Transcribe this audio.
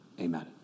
Amen